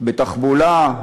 בתחבולה,